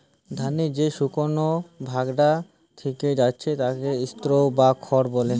ধানের যে শুকনো ভাগটা থিকে যাচ্ছে তাকে স্ত্রও বা খড় বলে